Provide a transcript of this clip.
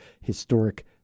historic